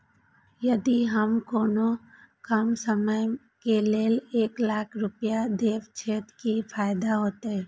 यदि हम कोनो कम समय के लेल एक लाख रुपए देब छै कि फायदा होयत?